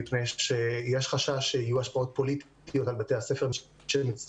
מפני שיש חשש שיהיו השפעות פוליטיות על בתי הספר שמצטרפים